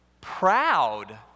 Proud